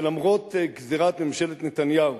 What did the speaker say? שלמרות גזירת ממשלת נתניהו,